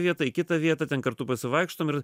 vietą į kitą vietą ten kartu pasivaikštom ir